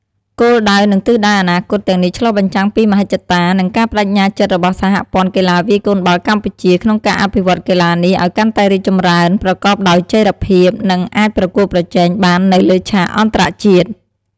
គោលដៅ និងទិសដៅអនាគតទាំងនេះឆ្លុះបញ្ចាំងពីមហិច្ឆតា និងការប្តេជ្ញាចិត្តរបស់សហព័ន្ធកីឡាវាយកូនបាល់កម្ពុជា ក្នុងការអភិវឌ្ឍកីឡានេះឱ្យកាន់តែរីកចម្រើន ប្រកបដោយចីរភាព និងអាចប្រកួតប្រជែងបាននៅលើឆាកអន្តរជាតិ។